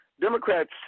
Democrats